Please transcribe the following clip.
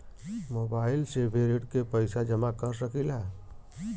Mobile से भी ऋण के पैसा जमा कर सकी ला?